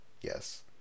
yes